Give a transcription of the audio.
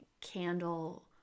candle